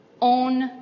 own